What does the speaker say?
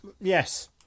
yes